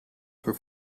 für